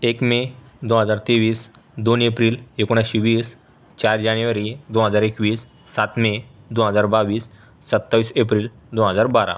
एक मे दोन हजार तेवीस दोन एप्रिल एकोणीसशे वीस चार जानेवारी दोन हजार एकवीस सात मे दोन हजार बावीस सत्तावीस एप्रिल दोन हजार बारा